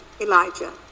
Elijah